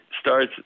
starts